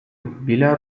біля